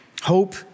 Hope